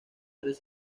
tres